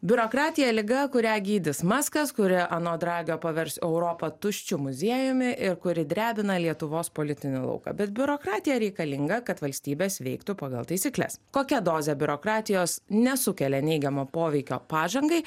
biurokratija liga kurią gydys maskas kuri anot dragio pavers europą tuščiu muziejumi ir kuri drebina lietuvos politinį lauką bet biurokratija reikalinga kad valstybės veiktų pagal taisykles kokia dozė biurokratijos nesukelia neigiamo poveikio pažangai